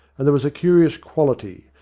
and there was a curious quality,